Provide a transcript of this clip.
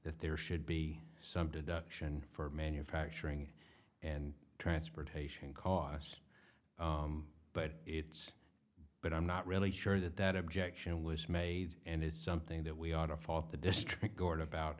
that there should be some deduction for manufacturing and transportation costs but it's but i'm not really sure that that objection was made and it's something that we ought to fault the district court about